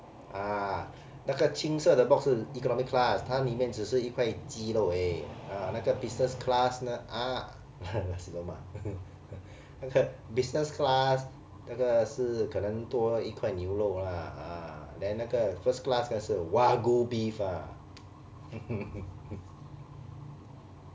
啊那个青色的 box 是 economic class 它里面只是一块鸡肉而已啊那个 business class ah nasi lemak 那个 business class 那个是可能多一块牛肉 lah ah then 那个 first class 的是 wagyu beef ah